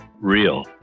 real